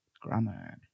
grammar